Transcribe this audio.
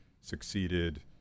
succeeded